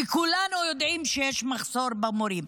וכולנו יודעים שיש מחסור במורים.